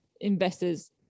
investors